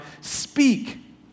Speak